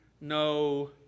No